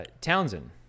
townsend